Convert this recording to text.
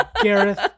Gareth